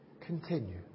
continue